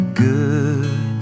good